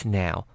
now